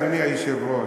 אדוני היושב-ראש,